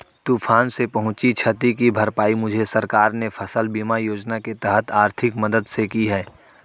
तूफान से पहुंची क्षति की भरपाई मुझे सरकार ने फसल बीमा योजना के तहत आर्थिक मदद से की है